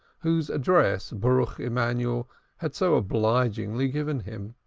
whose address baruch emanuel had so obligingly given him.